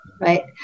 right